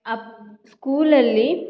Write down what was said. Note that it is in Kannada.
ಆ ಸ್ಕೂಲಲ್ಲಿ